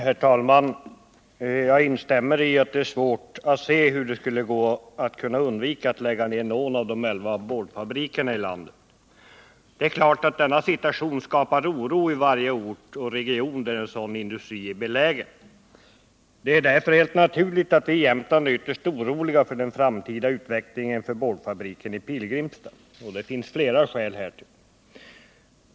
Herr talman! Jag instämmer i att det är svårt att se hur man skulle kunna undvika att lägga ner någon av de elva boardfabrikerna i landet. Det är klart att denna situation skapar oro på varje ort och i varje region där en sådan industri är belägen. Det är därför helt naturligt att vi i Jämtland är ytterst oroliga för den framtida utvecklingen för boardfabriken i Pilgrimstad. Det finns flera skäl härtill.